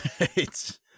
right